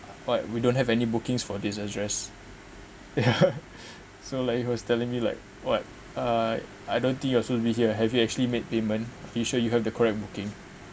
but we don't have any bookings for this address so like he was telling me like what ah I don't think you are supposed to be here have you actually made payment have you sure you have the correct booking